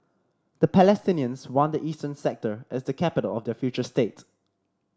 the Palestinians want the eastern sector as the capital of their future state